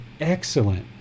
excellent